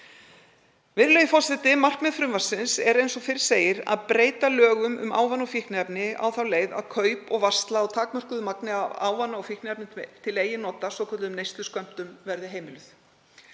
Virðulegi forseti. Markmið frumvarpsins er, eins og fyrr segir, að breyta lögum um ávana- og fíkniefni á þá leið að kaup og varsla á takmörkuðu magni af ávana- og fíkniefnum til eigin nota, svokölluðum neysluskömmtum, verði heimil.